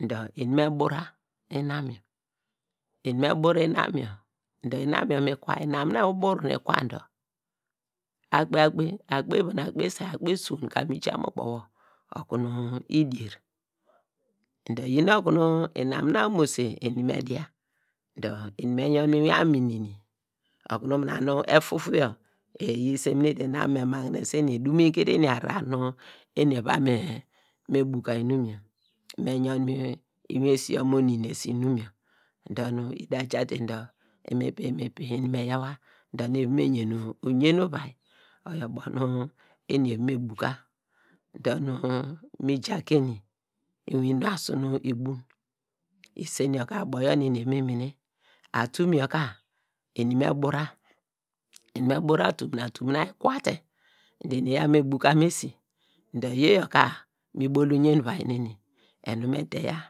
Dor eni me bura inam yor, eni me bur inam yor, dor inam yor mi kwa dor inam na ubur nu ikwam dor akpey akpey, akpey wa, nu akpey isay, akpey isuwon ka mi ja mu ubo wo oku nu idie dor inam na omomose eni me dia dor eni me yon mu ivom anun nini okunu mina nu efufu yor eyi semine te nu abo okunu me magine eni edumin kiete eni ahrar nu eni ava me buka inum yor me yon mu inwin esio nu mo ninese inum yor dor nu ida ja te dor imipin imipin eni me me yaw- a dor eni eva me yen uyen uvia oyor ubo nu eva me buka dor nu mi ja ke eni inwin enu asu nu ibun, isen yor ka ubo yor nu eru eva me meme, atumin yor ka eni me bura eni me bura atumn na atumn na ikwate dor eni eya me buka mu esi dor iyor ka mi bol uyen uvia neni enu me deya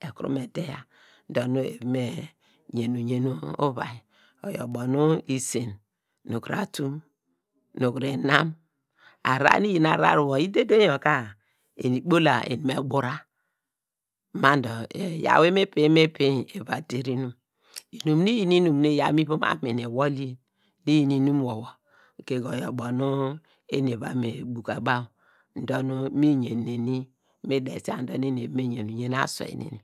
ekuru me deya dor nu eva me yen nu yen uvia oyor ubo nu kuru a tumn, nu kuru inam ahrar wor wor idedieny yor ka ikpola eni me bura ma dor eyaw inupiny inupiny eva der inum, inum iyin inum nu iyaw mu ivom anum iwol yin nu iyin inum wor wor goge oyor ubo nu eni eva me buka baw dor nu mi yena nu eni ni desia, dor nu me yen uyen aswei